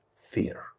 fear